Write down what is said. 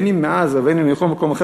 אם מעזה ואם מכל מקום אחר,